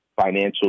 financial